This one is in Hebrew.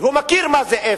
והוא מכיר מה זה אפס.